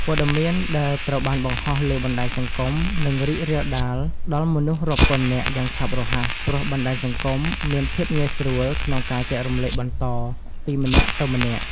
ព័ត៌មាន ដែលត្រូវបាន បង្ហោះលើបណ្ដាញសង្គម នឹង រីករាលដាល ដល់ មនុស្សរាប់ពាន់នាក់ យ៉ាងឆាប់រហ័ស ព្រោះ បណ្ដាញសង្គម មាន ភាពងាយស្រួល ក្នុងការ ចែករំលែកបន្ត ពីម្នាក់ទៅម្នាក់។